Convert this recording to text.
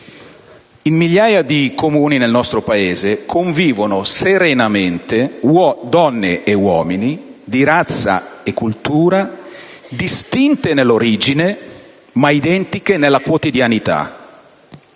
In migliaia di comuni nel nostro Paese convivono serenamente donne e uomini di razza e cultura distinte nell'origine, ma identiche nella quotidianità.